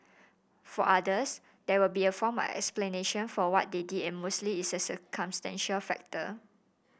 for others there will be a form of explanation for what they did and mostly it's a circumstantial factor